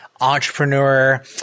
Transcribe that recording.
entrepreneur